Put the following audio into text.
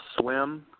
swim